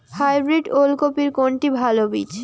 Hybrid ওল কপির কোনটি ভালো বীজ?